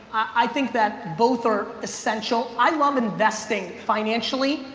i think that both are essential. i love investing financially,